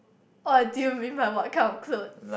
what do you mean by what kind of clothes